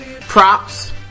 props